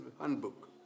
handbook